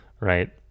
right